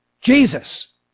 Jesus